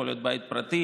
יכול להיות בית פרטי,